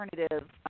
alternative